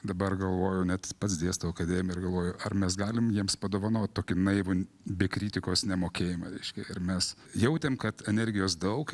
dabar galvoju net pats dėstau akademijoj ir galvoju ar mes galim jiems padovanot tokį naivų be kritikos nemokėjimą reiškia ir mes jautėm kad energijos daug